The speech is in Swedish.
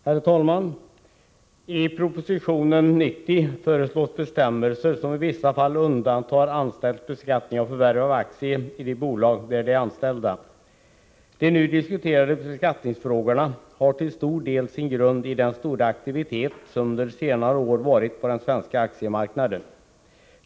Herr talman! I proposition 80 föreslås bestämmelser som i vissa fall undantar anställda från beskattning vid förvärv av aktier i de bolag där de är anställda. De nu diskuterade beskattningsfrågorna har till stor del sin grund i den stora aktiviteten under senare år på den svenska aktiemarknaden.